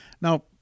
Now